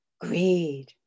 greed